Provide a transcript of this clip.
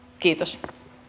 kiitos